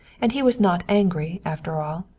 and he was not angry, after all.